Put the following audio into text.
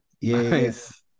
yes